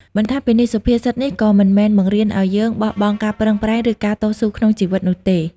បន្ថែមពីនេះ សុភាសិតនេះក៏មិនមែនបង្រៀនឱ្យយើងបោះបង់ការប្រឹងប្រែង ឬការតស៊ូក្នុងជីវិតនោះទេ។